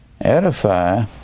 edify